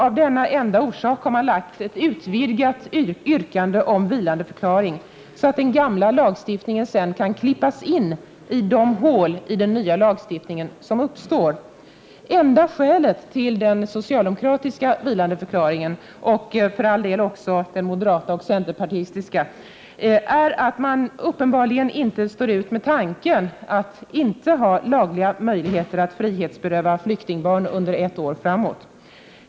Av denna enda orsak har man framlagt ett utvidgat yrkande om vilandeförklaring, så att den gamla lagstiftningen sedan kan klippas in i de hål i den nya lagstiftningen som uppstår. Enda skälet till den socialdemokratiska begäran om vilandeförklaring och för all del även till den moderata och centerpartistiska är att dessa partier uppenbarligen inte står ut med tanken att man inte skall ha lagliga möjligheter att frihetsberöva flyktingbarn under ett år framåt.